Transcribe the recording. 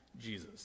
Jesus